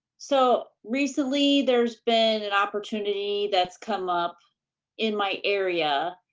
so recently, there's been an opportunity that's come up in my area.